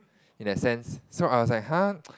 in that sense so I was like !huh!